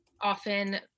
often